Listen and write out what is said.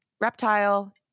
reptile